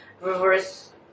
reverse